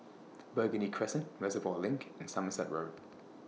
Burgundy Crescent Reservoir LINK and Somerset Road